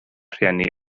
rhieni